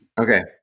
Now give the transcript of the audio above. Okay